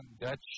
Dutch